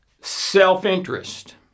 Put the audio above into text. self-interest